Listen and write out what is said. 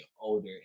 older